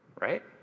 right